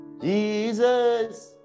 Jesus